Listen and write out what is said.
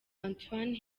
antoine